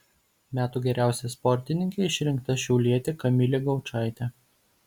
metų geriausia sportininke išrinkta šiaulietė kamilė gaučaitė